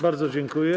Bardzo dziękuję.